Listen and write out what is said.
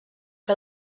que